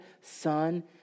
son